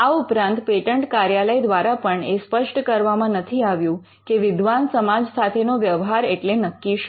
આ ઉપરાંત પેટન્ટ કાર્યાલય દ્વારા પણ એ સ્પષ્ટ કરવામાં નથી આવ્યું કે વિદ્વાન સમાજ સાથેનો વ્યવહાર એટલે નક્કી શું